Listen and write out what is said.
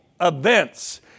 events